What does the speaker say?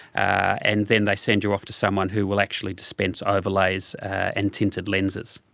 and then they send you off to someone who will actually dispense overlays and tinted lenses.